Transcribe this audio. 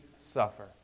suffer